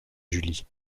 julie